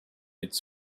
its